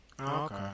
okay